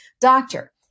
Doctor